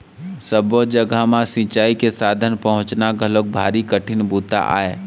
सब्बो जघा म सिंचई के साधन पहुंचाना घलोक भारी कठिन बूता आय